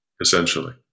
essentially